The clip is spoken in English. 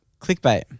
Clickbait